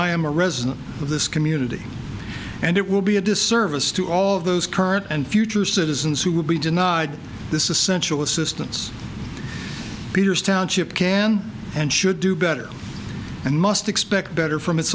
i am a resident of this community and it will be a disservice to all of those current and future citizens who will be denied this essential assistance peters township can and should do better and must expect better from its